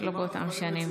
לא באותן שנים.